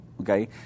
Okay